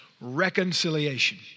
reconciliation